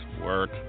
work